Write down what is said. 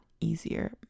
easier